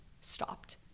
Stopped